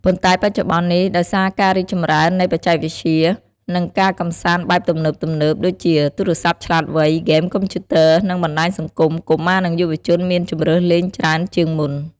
ប៉ុន្តែបច្ចុប្បន្ននេះ ដោយសារការរីកចម្រើននៃបច្ចេកវិទ្យា និងការកម្សាន្តបែបទំនើបៗ ដូចជាទូរសព្ទឆ្លាតវៃ ហ្គេមកុំព្យូទ័រ និងបណ្តាញសង្គម កុមារ និងយុវជនមានជម្រើសលេងច្រើនជាងមុន។